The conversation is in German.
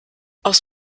aus